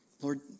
Lord